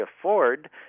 afford